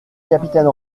capitaine